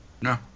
No